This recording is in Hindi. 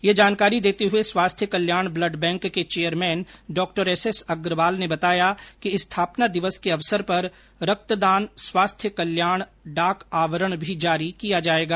यह जानकारी देते हुए स्वास्थ्य कल्याण ब्लड बैंक के चैयरमेन डॉ एसएस अग्रवाल ने बताया कि स्थापना दिवस के अवसर पर रक्तदान स्वास्थ्य कल्याण डाक आवरण भी जारी किया जाएगा